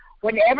whenever